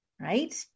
right